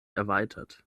erweitert